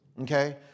okay